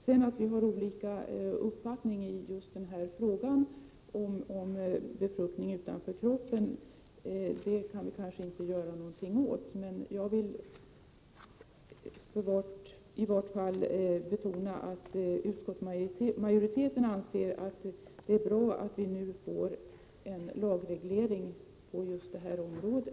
Att vi sedan har olika uppfattning i just frågan om befruktning utanför kroppen kan vi kanske inte göra någonting åt. Jag vill i varje fall betona att utskottsmajoriteten anser att det är bra att vi nu får en lagreglering på detta område.